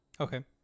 Okay